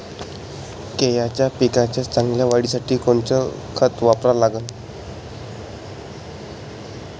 केळाच्या पिकाच्या चांगल्या वाढीसाठी कोनचं खत वापरा लागन?